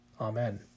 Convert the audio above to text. Amen